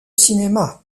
cinéma